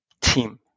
team